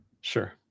sure